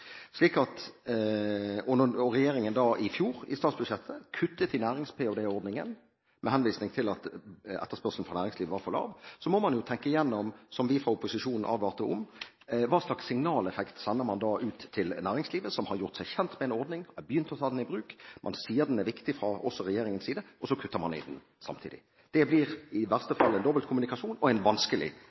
i statsbudsjettet i fjor kuttet i nærings-ph.d.-ordningen, med henvisning til at etterspørselen fra næringslivet var for lav, må man jo tenke gjennom – som vi fra opposisjonen advarte om – hva slags signaleffekt man da sender ut til næringslivet, som har gjort seg kjent med en ordning, har begynt å ta den i bruk. Man sier den er viktig, også fra regjeringens side, og så kutter man i den samtidig. Det blir i verste fall dobbeltkommunikasjon og vanskelig å oppfatte en